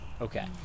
Okay